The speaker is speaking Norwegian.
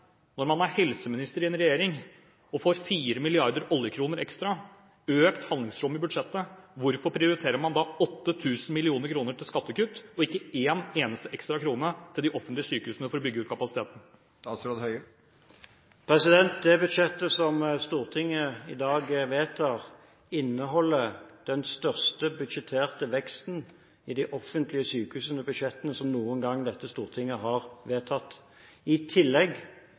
Når man er helseminister i en regjering og får 4 milliarder oljekroner ekstra – økt handlingsrom i budsjettet, hvorfor prioriterer man da 8 000 mill. kr til skattekutt og ikke én eneste ekstra krone til de offentlige sykehusene for å bygge ut kapasiteten? Det budsjettet som Stortinget i dag vedtar, inneholder den største budsjetterte veksten i de offentlige sykehusbudsjettene som Stortinget noen gang har vedtatt. I tillegg